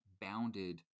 bounded